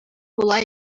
була